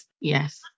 yes